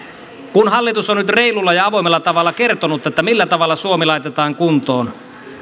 kun hallitus on nyt reilulla ja avoimella tavalla kertonut millä tavalla suomi laitetaan kuntoon